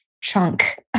chunk